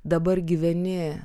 dabar gyveni